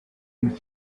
and